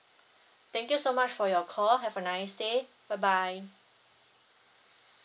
thank you so much for your call have a nice day bye bye